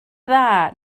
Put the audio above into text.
dda